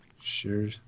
Sure